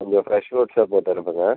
கொஞ்சம் ஃப்ரெஷ் ஃப்ரூட்ஸாக போட்டு அனுப்புங்கள்